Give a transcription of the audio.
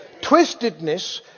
Twistedness